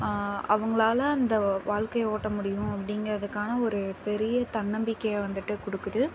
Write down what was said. அவங்களால அந்த வாழ்க்கைய ஓட்ட முடியும் அப்படிங்கிறதுக்கான ஒரு பெரிய தன்னம்பிக்கையை வந்துவிட்டு கொடுக்குது